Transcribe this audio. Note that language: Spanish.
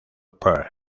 pearl